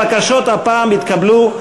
הבקשות הפעם התקבלו,